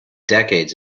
decades